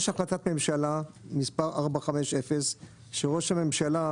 יש החלטת ממשלה מספר 450 שראש הממשלה